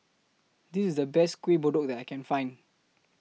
This IS The Best Kueh Kodok that I Can Find